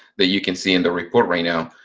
that you can see in the report, right now,